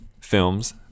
films